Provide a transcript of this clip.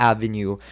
Avenue